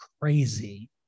Crazy